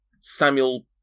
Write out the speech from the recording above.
Samuel